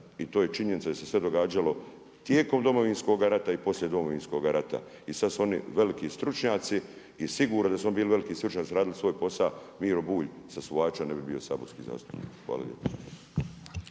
I to je činjenica jer se sve događalo tijekom Domovinskoga rata i poslije Domovinskoga rata. I sad su oni veliki stručnjaci. I sigurno da su bili veliki stručnjaci, radili svoj posa. Miro Bulj …/Govornik se ne razumije./… ne bi bio saborski zastupnik. Hvala